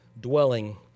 dwelling